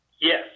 Yes